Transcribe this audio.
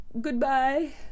goodbye